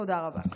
תודה רבה.